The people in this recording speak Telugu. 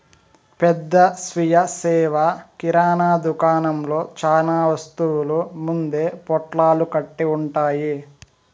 పెద్ద స్వీయ సేవ కిరణా దుకాణంలో చానా వస్తువులు ముందే పొట్లాలు కట్టి ఉంటాయి